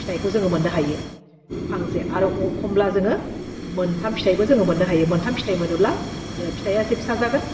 फिथाइखौ जोङो मोननो हायो फांसे आरो अखमब्ला जोङो मोनथाम फिथाइबो जोङो मोननो हायो मोनथाम फिथाइ मोनोब्ला बे फिथाइया एसे फिसा जागोन